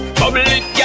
public